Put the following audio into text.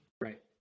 right